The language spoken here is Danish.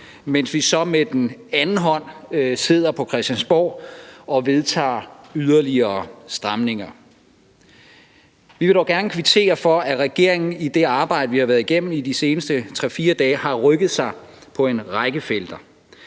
mens den så på den anden side sidder på Christiansborg og vedtager yderligere stramninger. Vi vil dog gerne kvittere for, at regeringen i det arbejde, vi har været igennem i de seneste 3-4 dage, har rykket sig på en række felter.